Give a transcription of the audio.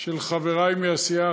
של חברי מהסיעה,